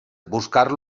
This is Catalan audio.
buscar